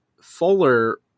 Fuller